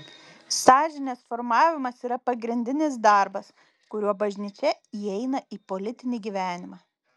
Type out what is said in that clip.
sąžinės formavimas yra pagrindinis darbas kuriuo bažnyčia įeina į politinį gyvenimą